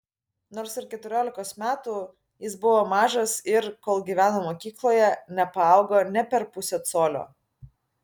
nors ir keturiolikos metų jis buvo mažas ir kol gyveno mokykloje nepaaugo nė per pusę colio